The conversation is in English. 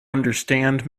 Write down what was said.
understand